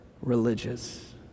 religious